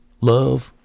love